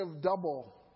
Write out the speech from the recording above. double